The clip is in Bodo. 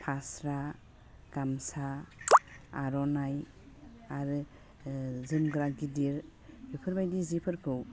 फास्रा गामसा आर'नाइ आरो जोंमग्रा गिदिर बेफोरबायदि जिफोरखौ